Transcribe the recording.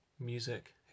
Music